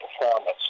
performance